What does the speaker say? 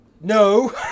No